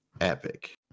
Epic